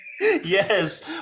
Yes